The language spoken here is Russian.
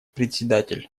председатель